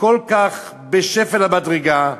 כל כך, בשפל המדרגה,